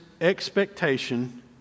expectation